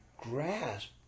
grasp